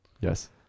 Yes